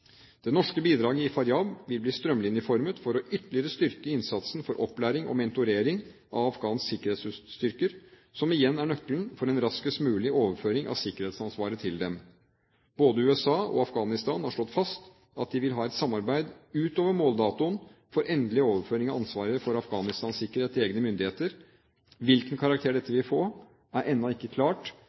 Det norske bidraget i Faryab vil bli strømlinjeformet for ytterligere å styrke innsatsen for opplæring og mentorering av afghanske sikkerhetsstyrker, som igjen er nøkkelen for en raskest mulig overføring av sikkerhetsansvaret til dem. Både USA og Afghanistan har slått fast at de vil ha et samarbeid utover måldatoen for endelig overføring av ansvaret for Afghanistans sikkerhet til egne myndigheter. Hvilken karakter dette vil få, er ennå ikke klart,